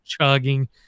chugging